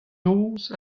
noz